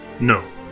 No